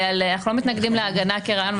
ואנחנו לא מתנגדים להגנה כרעיון,